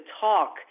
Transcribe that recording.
talk